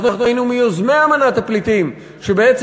אנחנו היינו מיוזמי האמנה בדבר מעמדם של פליטים שבעצם